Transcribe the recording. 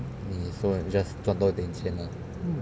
你 so just 赚多点钱 ah